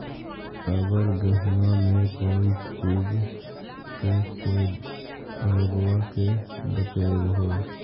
अबर गेहुमा मे कौन चीज के से रोग्बा के बचयभो?